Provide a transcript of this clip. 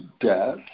death